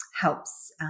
helps